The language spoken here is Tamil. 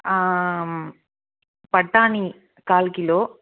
ஆம் பட்டாணி கால் கிலோ